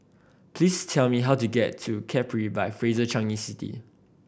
please tell me how to get to Capri by Fraser Changi City